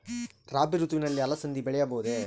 ರಾಭಿ ಋತುವಿನಲ್ಲಿ ಅಲಸಂದಿ ಬೆಳೆಯಬಹುದೆ?